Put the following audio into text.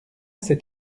c’est